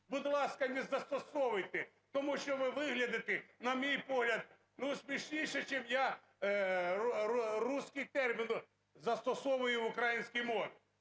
будь ласка, не застосовуйте, тому що ви виглядите, на мій погляд, ну, смішніше, чим я руський термін застосовую в українській мові.